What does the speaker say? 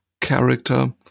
character